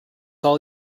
all